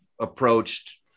approached